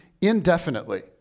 indefinitely